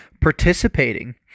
participating